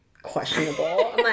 questionable